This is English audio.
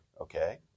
okay